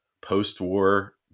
post-war